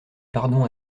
pardon